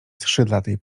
skrzydlatej